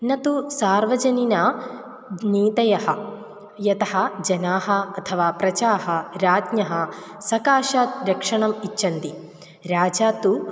न तु सार्वजनिना नीतयः यतः जनाः अथवा प्रजा राज्ञः सकाशात् रक्षणम् इच्छन्ति राजा तु